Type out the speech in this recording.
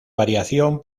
variación